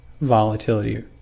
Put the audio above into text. volatility